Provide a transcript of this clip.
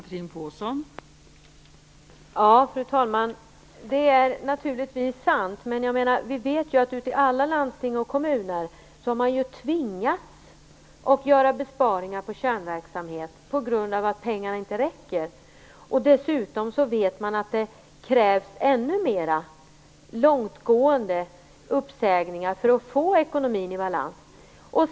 Fru talman! Det är naturligtvis sant. Men vi vet att man i alla landsting och kommuner har tvingats att göra besparingar i kärnverksamhet på grund av att pengarna inte räcker. Dessutom vet man att det krävs ännu mer långtgående uppsägningar för att få ekonomin i balans.